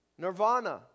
Nirvana